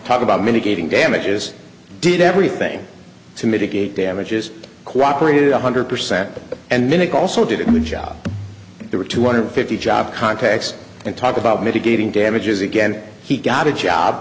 talk about mitigating damages did everything to mitigate damages cooperated one hundred percent and then it also did a good job there were two hundred fifty jobs contacts and talk about mitigating damages again he got a job